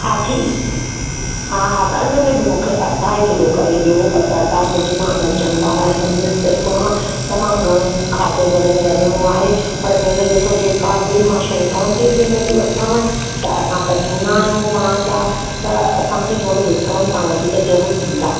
हा ठीकु हा हा त हिनमें बि मूंंखे अढाई किलो करे ॾियो पटाटा मिज़मान अचनि वारा आहिनि अमृतसर मां तमामु घणो खाधो घर में रधिणो आहे पर भेण ॾिसो मां जेका बि शइ क्वांटिटी में थी वठांव असां त जूना आहियूं पाण जा त असांखे डिस्काउंट त तव्हां वधीक ज़रूरु ॾीन्दा